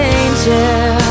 angel